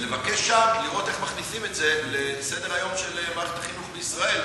ולראות איך מכניסים את זה לסדר-היום של מערכת החינוך בישראל.